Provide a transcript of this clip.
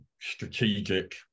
strategic